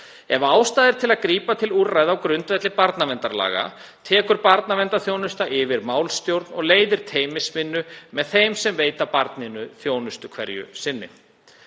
Ef ástæða er til að grípa til úrræða á grundvelli barnaverndarlaga tekur barnaverndarþjónusta yfir málstjórn og leiðir teymisvinnu með þeim sem veita barninu þjónustu hverju sinni.